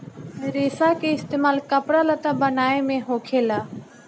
रेसा के इस्तेमाल कपड़ा लत्ता बनाये मे होखेला